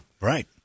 right